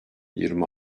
yirmi